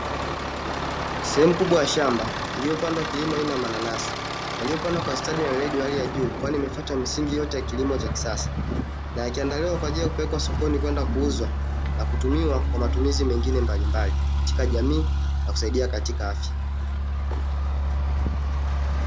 Sehemu kubwa ya shamba iliyopandwa kilimo aina ya mananasi, yaliyopandwa kwa stadi na weledi wa hali ya juu kwani imefuata misingi yote ya kilimo cha kisasa, na yakiandaliwa kwa ajili ya kupelekwa sokoni kwenda kuuzwa na kutumiwa kwa matumizi mengine mbalimbali katika jamii na kusaidia katika afya.